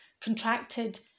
contracted